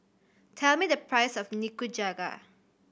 tell me the price of Nikujaga